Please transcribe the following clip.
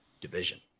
division